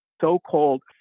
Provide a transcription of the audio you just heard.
so-called